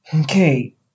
Okay